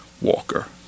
Walker